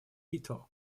quito